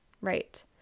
Right